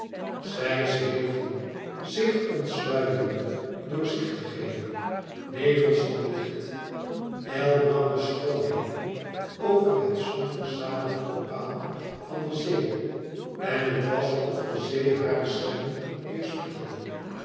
zij zweefden zich ontsluierende doorzichtigheden nevels van licht ijlblanke schoonheden over het zonverzadigd opaal van de zee en het was of de zee hare schimmen